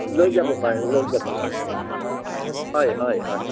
লৈ যাব পাৰে লৈ যাব লাগিব হয় হয় হয়